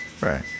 right